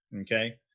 Okay